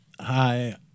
Hi